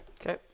Okay